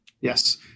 Yes